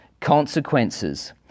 consequences